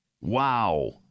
Wow